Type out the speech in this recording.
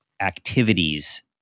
activities